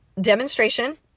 demonstration